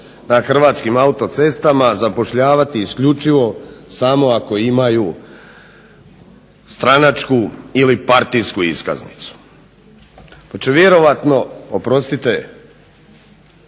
Hrvatskim autocestama, zapošljavati isključivo samo ako imaju stranačku ili partijsku iskaznicu pa će vjerojatno, oprostite,